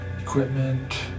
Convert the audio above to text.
equipment